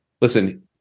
listen